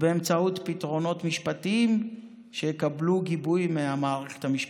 ובאמצעות פתרונות משפטיים שיקבלו גיבוי מהמערכת המשפטית.